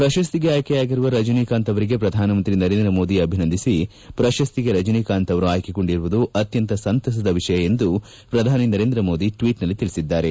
ಪ್ರಶಸ್ತಿಗೆ ಆಯ್ಕೆಯಾಗಿರುವ ರಜನಿ ಕಾಂತ್ ಅವರಿಗೆ ಪ್ರಧಾನಮಂತ್ರಿ ನರೇಂದ್ರ ಮೋದಿ ಅಭಿನಂದಿಸಿ ಪ್ರಶಸ್ತಿಗೆ ರಜನಿಕಾಂತ್ ಅವರು ಆಯ್ಲೆಗೊಂಡಿರುವುದು ಅತ್ನಂತ ಸಂತಸದ ವಿಷಯ ಎಂದು ಪ್ರಧಾನಿ ಮೋದಿ ಟ್ಲೀಟ್ನಲ್ಲಿ ತಿಳಿಸಿದ್ಲಾರೆ